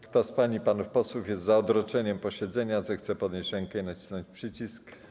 Kto z pań i panów posłów jest za odroczeniem posiedzenia, zechce podnieść rękę i nacisnąć przycisk.